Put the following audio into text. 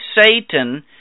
Satan